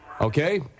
Okay